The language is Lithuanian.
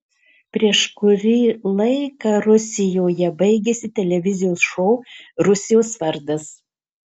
prieš kurį laiką rusijoje baigėsi televizijos šou rusijos vardas